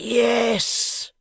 Yes